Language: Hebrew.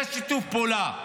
זה שיתוף הפעולה.